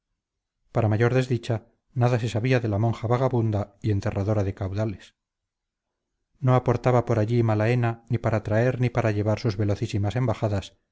para mayor desdicha nada se sabía de la monja vagabunda y enterradora de caudales no aportaba por allí malaena ni para traer ni para llevar sus velocísimas embajadas